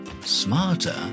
Smarter